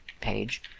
page